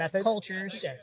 cultures